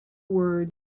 word